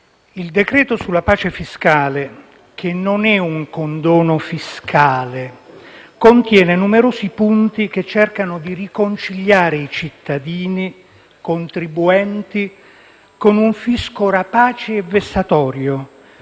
il decreto-legge sulla pace fiscale, che non è un condono fiscale, contiene numerosi punti che cercano di riconciliare i cittadini contribuenti con un fisco rapace e vessatorio,